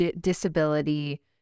disability